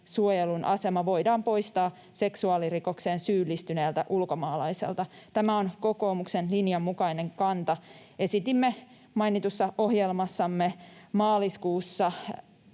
suojelun asema voidaan poistaa seksuaalirikokseen syyllistyneeltä ulkomaalaiselta. Tämä on kokoomuksen linjan mukainen kanta. Esitimme mainitussa ohjelmassamme maaliskuussa